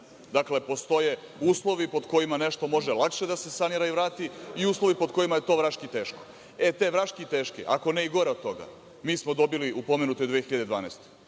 Dakle, postoji uslovi pod kojima nešto može lakše da se sanira i vrati i uslovi pod kojima je to vraški teško. E, te vraški teške, ako ne i gore od toga, mi smo dobili u pomenutoj 2012.